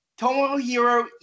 Tomohiro